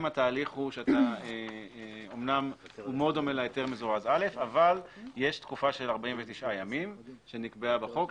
התהליך מאוד דומה להיתר מזורז א' אבל יש תקופה של 49 ימים שנקבע בחוק,